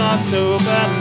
October